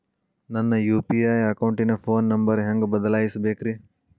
ನನ್ನ ಯು.ಪಿ.ಐ ಅಕೌಂಟಿನ phone number ಹೆಂಗ್ ಬದಲಾಯಿಸ ಬೇಕ್ರಿ?